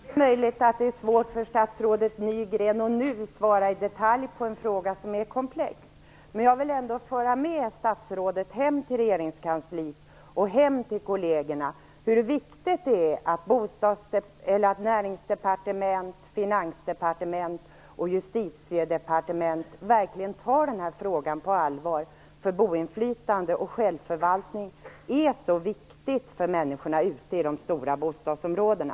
Fru talman! Det är möjligt att det är svårt för statsrådet Nygren att nu svara i detalj på en fråga som är komplex, men jag vill ändå föra med statsrådet hem till regeringskansliet och kollegerna att det är mycket viktigt att Näringsdepartementet, Finansdepartementet och Justitiedepartementet verkligen tar den här frågan på allvar. Boinflytande och självförvaltning är nämligen mycket viktigt för människorna ute i de stora bostadsområdena.